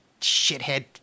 shithead